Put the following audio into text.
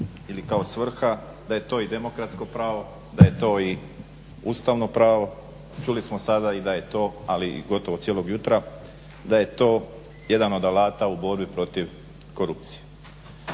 ili kao svrha da je to i demokratsko pravo, da je to i ustavo pravo, čuli smo sada i da je to ali i gotovo cijelog jutra, da je to jedan od alata u borbi protiv korupcije.